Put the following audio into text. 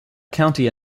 county